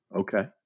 okay